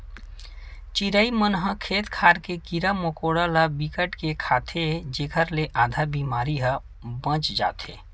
चिरई मन ह खेत खार के कीरा मकोरा ल बिकट के खाथे जेखर ले आधा बेमारी ह बाच जाथे